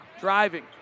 Driving